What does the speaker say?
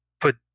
put